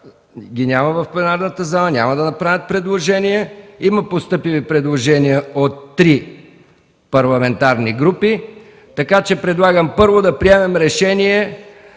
ги няма в пленарната зала, няма да направят предложение, има постъпили предложения от три парламентарни групи, така че предлагам първо да приемем решение